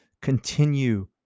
Continue